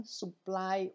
supply